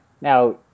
now